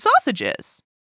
sausages